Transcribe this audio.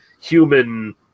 human